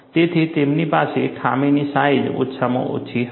તેથી તેમની પાસે ખામીની સાઇઝ ઓછામાં ઓછી હોય છે